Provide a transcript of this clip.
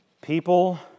People